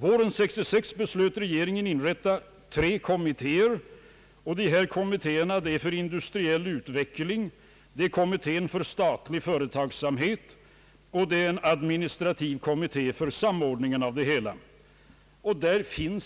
Våren 1966 beslöt franska regeringen inrätta tre kommittéer, en för industriell utveckling och en för statlig företagsamhet samt en administrativ kommitté för samordningen av det hela.